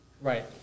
Right